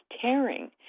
tearing